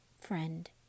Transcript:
friend